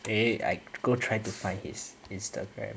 wait I go try to find his Instagram